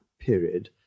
period